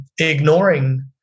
ignoring